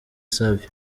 savio